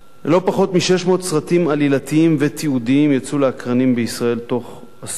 לא פחות מ-600 סרטים עלילתיים ותיעודיים יצאו לאקרנים בישראל בתוך עשור,